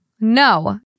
no